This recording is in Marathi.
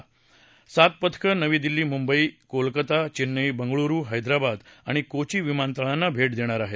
ही पथकं नवी दिल्ली मुंबई कोलकाता चेन्नई बेंगळुरू हैदराबाद आणि कोची विमानतळांना भेट देतील